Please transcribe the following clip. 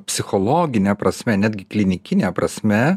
psichologine prasme klinikine prasme